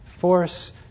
Force